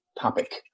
topic